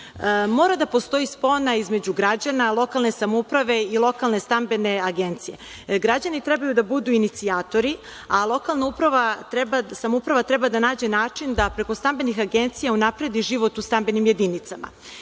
tome. Mora da postoji spona između građana, lokalne samouprave i lokalne stambene agencije. Građani treba da budu inicijatori, a lokalna samouprava treba da nađe način da preko stambenih agencija unapredi život u stambenim jedinicama.